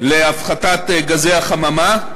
להפחתת גזי החממה.